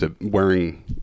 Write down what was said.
wearing